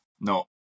no